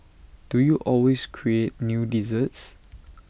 do you always create new desserts